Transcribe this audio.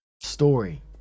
Story